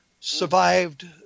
survived